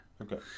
Okay